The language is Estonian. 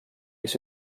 kes